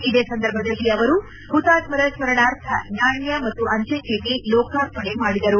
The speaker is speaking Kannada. ಇದೇ ಸಂದರ್ಭದಲ್ಲಿ ಅವರು ಹುತಾತ್ವರ ಸ್ಗರಣಾರ್ಥ ನಾಣ್ಯ ಮತ್ತು ಅಂಜೆ ಚೀಟಿ ಲೋಕಾರ್ಪಣೆ ಮಾಡಿದರು